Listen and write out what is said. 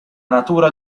natura